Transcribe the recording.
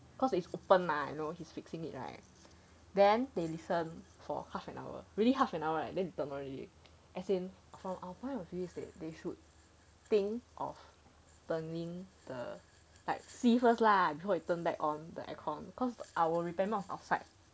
cause it's open mah you know his fixing it right then they listen for half an hour really half an hour then they turn on already as in from our point of view is that they should think of turning the like see first lah because you turn back on the air con cause our repairman was outside